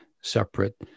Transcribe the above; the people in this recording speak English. separate